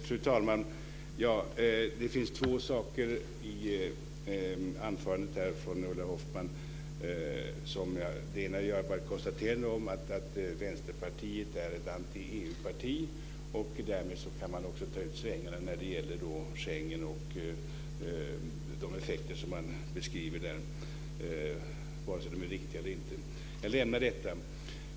Fru talman! Det finns två saker i Ulla Hoffmanns anförande som jag vill ta upp. Det ena är att jag bara vill konstatera att Vänsterpartiet är ett anti-EU-parti. Därmed kan man också ta ut svängarna när det gäller Schengen och de effekter som man beskriver där, vare sig de är riktiga eller inte. Jag lämnar detta.